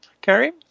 Carrie